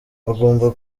agomba